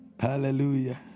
Hallelujah